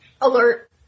alert